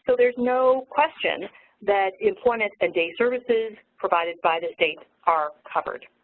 so there is no question that employment and a services provided by the state are covered.